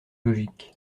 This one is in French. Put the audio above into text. logique